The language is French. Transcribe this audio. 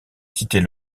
citer